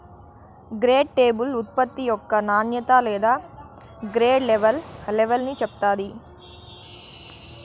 grade label ఉత్పత్తి యొక్క నాణ్యత లేదా గ్రేడ్ లెవల్ని చెప్తాది